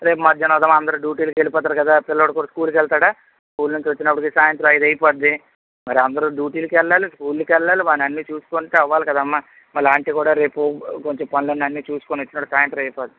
రేపు మధ్యాహ్నం అందరూ డ్యూటీలకు వెళ్ళిపోతారు కదా పిల్లాడు కూడా స్కూలు కి వెళ్తాడా స్కూలు నుంచి వచ్చినప్పటికి సాయంత్రం ఐదయిపోతుంది మరి అందరూ డ్యూటీలకెళ్ళాలి స్కూళ్ళకెళ్ళాలి మరన్ని చూసుకుంటే అవ్వాలి కదమ్మ మళ్ళా ఆంటి కూడా రేపు కొంచెం పనులన్నీ అన్ని చూసుకొనొచ్చినప్పటికీ సాయంత్రం అయిపోతుంది